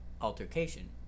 altercation